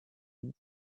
came